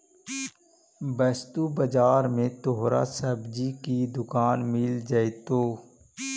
वस्तु बाजार में तोहरा सब्जी की दुकान मिल जाएतो